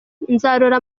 nzarora